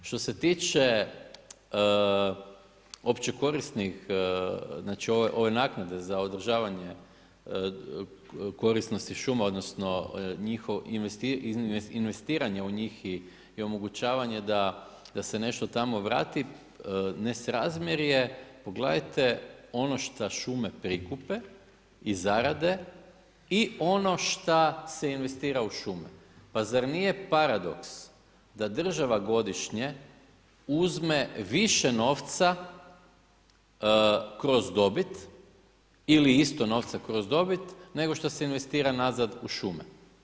Što se tiče ove naknade za održavanje korisnosti šuma odnosno investiranje u njih i omogućavanje da se nešto tamo vrati, nesrazmjer je, pogledajte ono šta šume prikupe i zarade i ono šta se investira u šume. pa zar nije paradoks da država godišnje uzme više novca kroz dobit ili isto novca kroz dobit, nego što se investira nazad u šume?